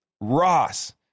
Ross